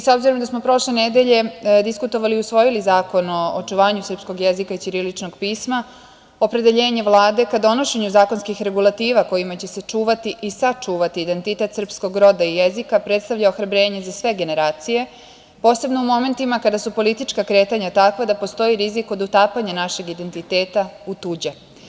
S obzirom da smo prošle nedelje diskutovali i usvojili Zakon o očuvanju srpskog jezika i ćiriličnog pisma, opredeljenje Vlade ka donošenju zakonskih regulativa kojima će se čuvati i sačuvati identitet srpskog roda i jezika, predstavlja ohrabrenje za sve generacije, posebno u momentima kada su politička kretanja takva da postoji rizik kod utapanja našeg identiteta u tuđe.